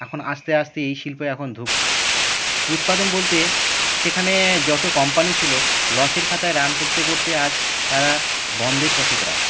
এখন আস্তে আস্তে এই শিল্প এখন ধুঁকছে উৎপাদন বলতে সেখানে যত কম্পানি ছিল লসের খাতায় রান করতে করতে আজ তারা বন্ধের পথে প্রায়